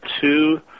two